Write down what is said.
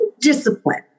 discipline